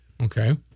Okay